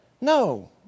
no